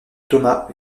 thomas